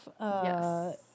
Yes